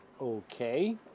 Okay